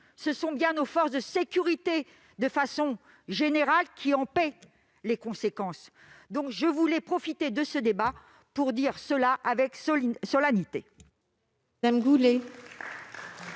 ce sont bien nos forces de sécurité de façon générale qui en paient les conséquences. Je voulais profiter de ce débat pour le dire avec solennité.